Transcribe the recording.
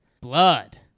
blood